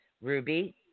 ruby